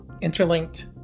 interlinked